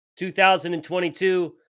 2022